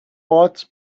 brought